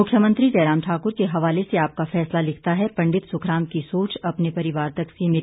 मुख्यमंत्री जयराम ठाकुर के हवाले से आपका फैसला लिखता है पंडित सुखराम की सोच अपने परिवार तक सीमित